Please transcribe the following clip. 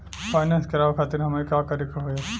Finance करावे खातिर हमें का करे के होई?